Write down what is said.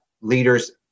leader's